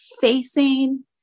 facing